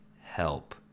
help